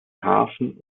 hafen